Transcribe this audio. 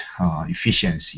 efficiency